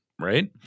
right